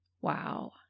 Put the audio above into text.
Wow